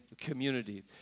community